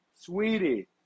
sweetie